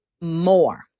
more